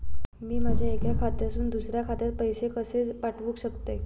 मी माझ्या एक्या खात्यासून दुसऱ्या खात्यात पैसे कशे पाठउक शकतय?